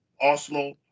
Arsenal